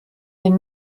den